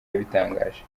yabitangaje